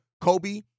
Kobe